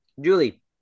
Julie